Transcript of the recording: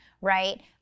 right